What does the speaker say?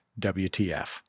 WTF